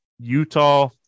Utah